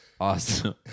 Awesome